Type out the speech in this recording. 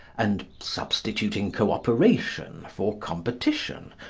and substituting co-operation for competition,